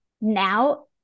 now